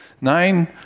nine